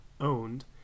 Owned